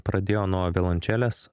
pradėjo nuo violončelės